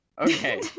Okay